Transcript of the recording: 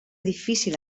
difícil